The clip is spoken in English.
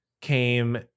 came